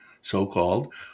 so-called